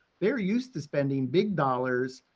they're used to spending big dollars.